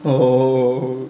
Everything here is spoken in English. oh